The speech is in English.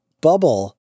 bubble